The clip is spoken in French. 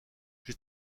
j’ai